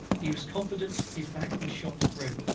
he was confident his back was shot through.